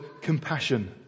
compassion